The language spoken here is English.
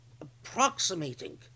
approximating